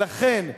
ולכן,